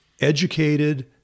educated